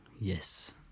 yes